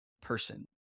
person